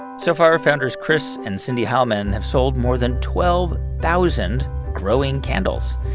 so far, founders chris and cyndi hileman have sold more than twelve thousand growing candles.